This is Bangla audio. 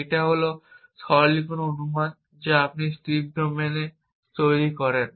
এই হল সরলীকরণ অনুমান যা আপনি স্ট্রিপ ডোমেনে তৈরি করেন